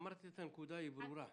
אמרת את הנקודה, היא ברורה.